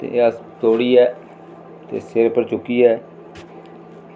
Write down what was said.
ते अस दौड़ियै ते सिर पर चुक्कियै